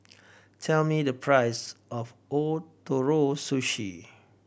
tell me the price of Ootoro Sushi